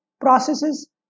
processes